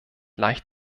leicht